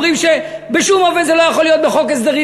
אומרים שבשום אופן זה לא יכול להיות בחוק הסדרים.